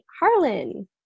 Harlan